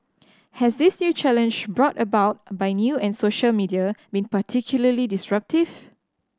has this new challenge brought about by new and social media been particularly disruptive